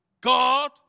God